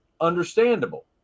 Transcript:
understandable